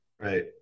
Right